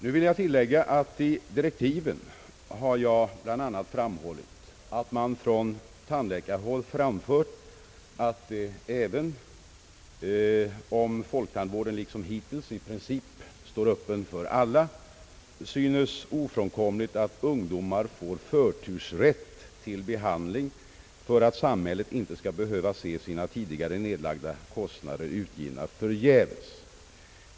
Jag vill tillägga att jag i direktiven bl.a. framhållit att man från tandläkarhåll framfört att det, även om folktandvården liksom hittills i princip står öppen för alla, synes ofrånkomligt att ungdomar får förtursrätt till behandling för att samhället inte skall behöva finna sina tidigare utlagda kostnader vara utgivna förgäves.